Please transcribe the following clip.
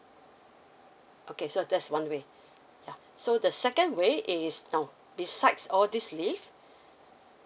okay so that's one way yeah so the second way is now besides all this leave